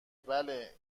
بله